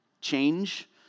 change